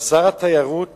אבל שר התיירות